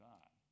God